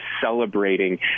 celebrating